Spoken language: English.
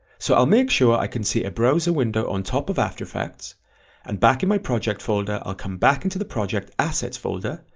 so i'll make sure i can see a browser window on top of after effects and back in my project folder i'll come back into the project assets folder,